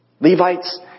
Levites